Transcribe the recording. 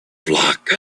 flock